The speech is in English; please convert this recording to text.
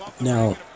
Now